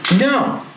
no